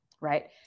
right